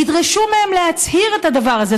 ידרשו מהם להצהיר את הדבר הזה.